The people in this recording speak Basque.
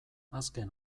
azken